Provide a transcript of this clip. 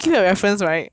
ya my my whole class